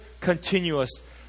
continuous